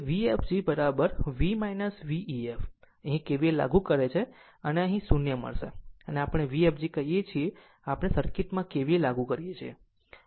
એ જ રીતે Vfgv V ef અહીં kvl લાગુ કરે છે પછી અહીં 0 મળશે જેને આપણે Vfg કહીએ છીએ આપણે સર્કિટમાં KVL લાગુ કરીએ છીએ